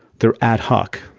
they're ad hoc.